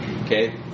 Okay